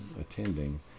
attending